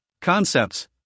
concepts